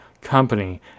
company